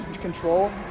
control